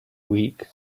week